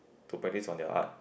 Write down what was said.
to practice on their art